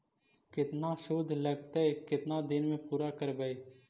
केतना शुद्ध लगतै केतना दिन में पुरा करबैय?